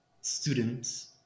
students